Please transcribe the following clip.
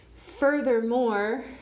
Furthermore